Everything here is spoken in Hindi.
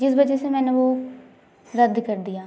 जिस वज़ह से मैंने वो रद्द कर दिया